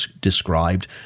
described